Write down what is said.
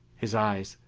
his eyes,